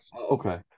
okay